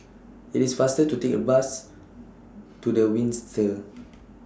IT IS faster to Take A Bus to The Windsor